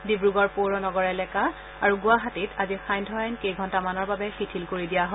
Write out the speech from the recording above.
ডিব্ৰুগড় পৌৰ নগৰ এলেকা আৰু গুৱাহাটীত আজি সান্ধ্য আইন কেইঘণ্টামানৰ বাবে শিথিল কৰি দিয়া হয়